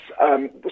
Yes